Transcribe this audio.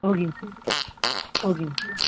ஓகேங்க சார் ஓகேங்க சார்